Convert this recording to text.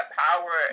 power